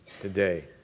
today